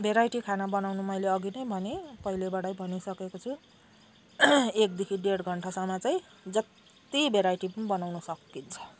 variety खाना बनाउनु मैले अघि नै भने पहिलेबाटै भनिसकेको छु एकदेखि डेढ घन्टासम्म चाहिँ जत्ति भेराइटी पनि बनाउन सकिन्छ